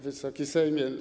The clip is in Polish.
Wysoki Sejmie!